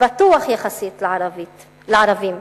שפתוח יחסית לערבים,